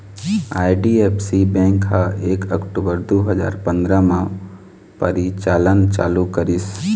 IDFC bank ह एक अक्टूबर दू हजार पंदरा म परिचालन चालू करिस